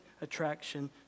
attraction